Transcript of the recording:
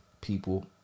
people